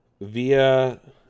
via